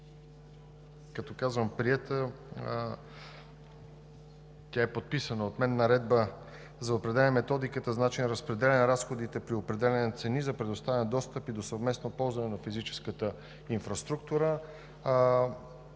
момент е приета подписана от мен Наредба за определяне методиката за начина на разпределяне на разходите при определени цени, за предоставяне на достъпи и до съвместно ползване на физическата инфраструктура.